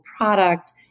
product